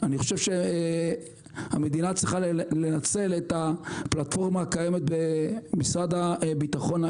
אני חושב שהמדינה צריכה לנצל את הפלטפורמה הקיימת במשרד הביטחון,